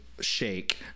Shake